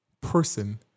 person